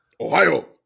Ohio